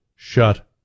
Shut